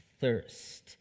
thirst